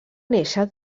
néixer